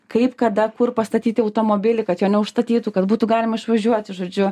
kaip kada kur pastatyti automobilį kad jo neužstatytų kad būtų galima išvažiuoti žodžiu